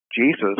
Jesus